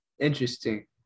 interesting